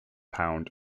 pound